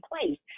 place